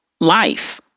life